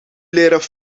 leren